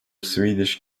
swedish